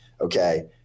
okay